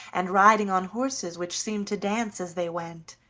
and riding on horses which seemed to dance as they went,